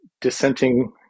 dissenting